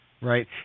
right